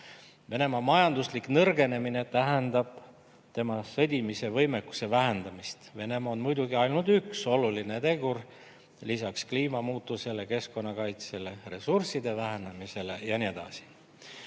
Venemaa majanduslik nõrgenemine tähendab tema sõdimise võimekuse vähendamist. Venemaa on muidugi ainult üks oluline tegur lisaks kliimamuutusele, keskkonnakaitsele, ressursside vähenemisele ja nii edasi.